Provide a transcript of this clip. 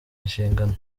inshingano